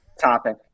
topic